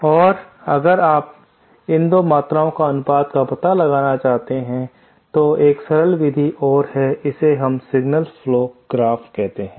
और अगर आप इन दो मात्राओं के अनुपात का पता लगाना चाहते हैं तो एक सरल विधि और है इसे सिग्नल फ्लो ग्राफ कहा जाता है